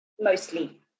mostly